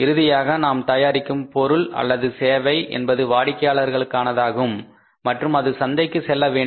இறுதியாக நாம் தயாரிக்கும் பொருள் அல்லது சேவை என்பது வாடிக்கையாளர்களுக்கானதாகும் மற்றும் அது சந்தைக்கு செல்ல வேண்டும்